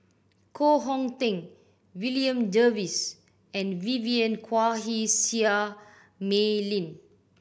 Koh Hong Teng William Jervois and Vivien Quahe Seah Mei Lin